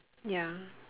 ya